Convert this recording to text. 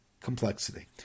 complexity